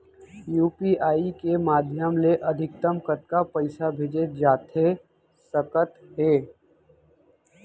UPI के माधयम ले अधिकतम कतका पइसा भेजे जाथे सकत हे?